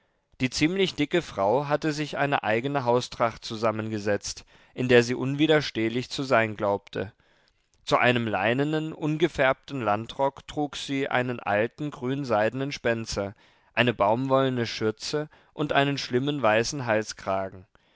die ziemlich dicke frau hatte sich eine eigene haustracht zusammengesetzt in der sie unwiderstehlich zu sein glaubte zu einem leinenen ungefärbten landrock trug sie einen alten grünseidenen spenzer eine baumwollene schürze und einen schlimmen weißen halskragen